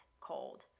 cold